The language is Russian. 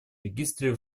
регистре